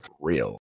real